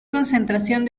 concentración